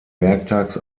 werktags